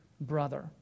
brother